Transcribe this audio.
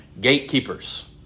gatekeepers